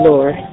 Lord